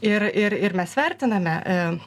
ir ir ir mes vertiname